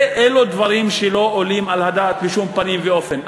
אלה הדברים שלא עולים על הדעת בשום פנים ואופן.